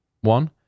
one